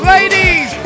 Ladies